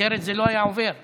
אחרת זה לא היה עובר היום.